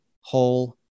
whole